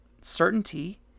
certainty